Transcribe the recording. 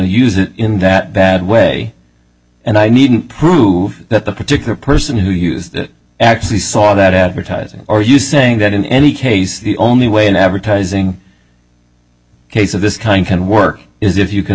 use it in that bad way and i needn't prove that the particular person who used that actually saw that advertising or are you saying that in any case the only way an advertising case of this kind can work is if you can